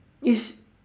is